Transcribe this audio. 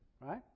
Right